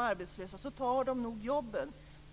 arbetslösa tar de nog jobben.